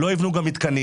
לא יבנו מתקנים.